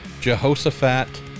jehoshaphat